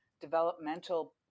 developmental